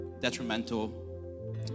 detrimental